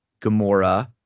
Gamora